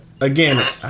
again